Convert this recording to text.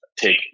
take